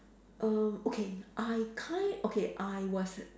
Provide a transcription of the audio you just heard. err okay I kind okay I was